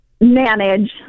manage